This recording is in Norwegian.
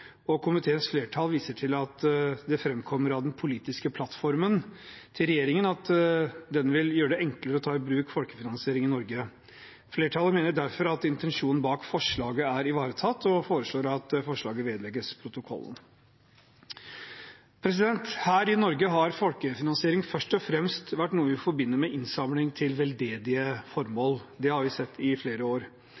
folkefinansiering. Komiteens flertall viser til at det framkommer av den politiske plattformen til regjeringen at den vil gjøre det enklere å ta i bruk folkefinansiering i Norge. Flertallet mener derfor at intensjonen bak forslaget er ivaretatt, og foreslår at forslaget vedlegges protokollen. Her i Norge har folkefinansiering først og fremst vært noe vi forbinder med innsamling til veldedige